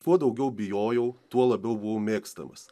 kuo daugiau bijojau tuo labiau buvo mėgstamas